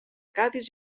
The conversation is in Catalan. cadis